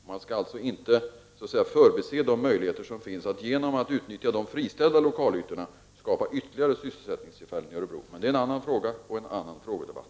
Man skall alltså inte förbise de möjligheter som finns att genom att utnyttja de friställda ytorna skapa ytterligare sysselsättning i Örebro. Men det är en annan fråga och en annan frågedebatt.